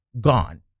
gone